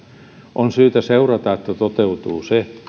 on syytä seurata että toteutuu se